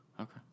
okay